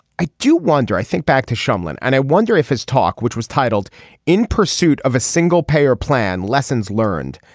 i do wonder i think back to shumlin and i wonder if his talk which was titled in pursuit of a single payer plan lessons learned.